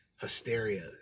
hysteria